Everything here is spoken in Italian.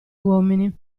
uomini